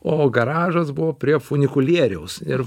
o garažas buvo prie funikulieriaus ir